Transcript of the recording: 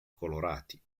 colorati